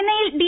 ചെന്നൈയിൽ ഡി